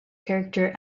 character